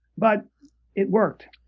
but it worked.